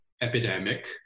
epidemic